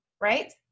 right